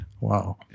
Wow